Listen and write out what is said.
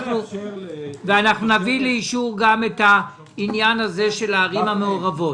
נביא לאישור גם את עניין הערים המעורבות.